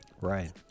Right